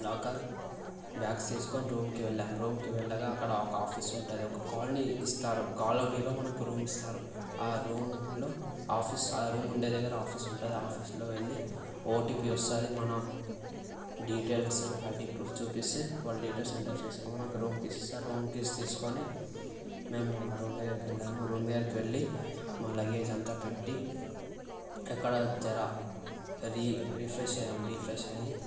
locker bags తీసుకొని రూమ్కి వెళ్ళాము రూమ్కి వెళ్ళగా అక్కడ ఒక ఆఫీస్ ఉంటుంది ఒక కాలనీ ఇస్తారు కాలనీలో మనకి రూమ్ ఇస్తారు ఆ రూమ్లో ఆఫీస్ ఆ రూమ్ ఉండే దగ్గర ఆఫీస్ ఉంటుంది ఆ ఆఫీస్లో వెళ్ళి ఓటీపీ వస్తుంది మన డీటెయిల్స్ ఐడి ప్రూఫ్ చూపిస్తే వాళ్ళ డీటెయిల్స్ ఎంటర్ చేసుకొని రూమ్ కీస్ ఇస్తారు రూమ్ కీస్ తీసుకొని మేము ఆ రూమ్ దగ్గరికి వెళ్ళాము రూమ్ దగ్గరకి వెళ్ళి మా లగేజ్ అంతా పెట్టి అక్కడ జర అది రీఫ్రెష్ అయ్యాము రిఫ్రెష్ అయ్యి